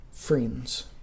Friends